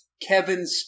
Kevin